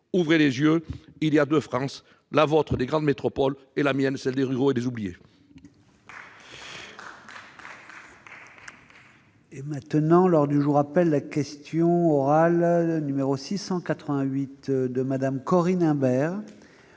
Ouvrez les yeux ! Il y a deux France : la vôtre, celle des grandes métropoles, et la mienne, celle des ruraux et des oubliés